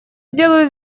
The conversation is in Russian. сделаю